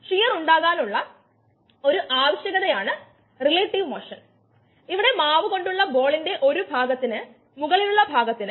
forward റിയാക്ഷന്റെ നിരക്ക് k1 ആണ് ഇവിടെ ബാക്ക് വേർഡ് റിയാക്ഷൻ നിരക്ക് k 2 ആണ്